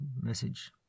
message